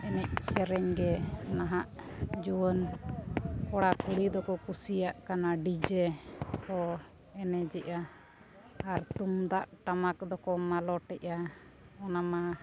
ᱮᱱᱮᱡ ᱥᱮᱨᱮᱧ ᱜᱮ ᱱᱟᱦᱟᱸᱜ ᱡᱩᱣᱟᱹᱱ ᱠᱚᱲᱟᱼᱠᱩᱲᱤ ᱫᱚᱠᱚ ᱠᱩᱥᱤᱭᱟᱱ ᱠᱟᱱᱟ ᱰᱤᱡᱮ ᱠᱚ ᱮᱱᱮᱡᱮᱜᱼᱟ ᱟᱨ ᱛᱩᱢᱫᱟᱜ ᱴᱟᱢᱟᱠ ᱫᱚᱠᱚ ᱢᱟᱞᱚᱴᱮᱜᱼᱟ ᱚᱱᱟ ᱢᱟ